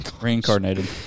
reincarnated